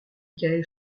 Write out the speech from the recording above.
michael